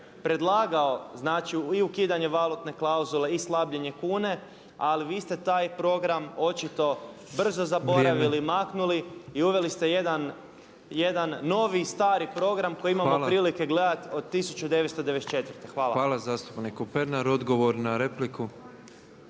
predlagao znači i ukidanje valutne klauzule i slabljenje kune ali vi ste taj program očito brzo zaboravili, maknuli i uveli ste jedan novi stari program koji imamo prilike gledati od 1994. **Petrov, Božo (MOST)** Hvala zastupniku Pernaru. Odgovor na repliku.